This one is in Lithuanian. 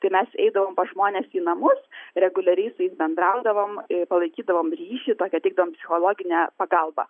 tai mes eidavom pas žmones į namus reguliariai su jais bendraudavom ir palaikydavom ryšį tokią teikdavom psichologinę pagalbą